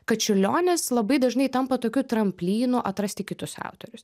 kad čiurlionis labai dažnai tampa tokiu tramplynu atrasti kitus autorius